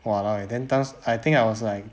!walao! eh then 当 I think I was like